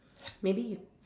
maybe you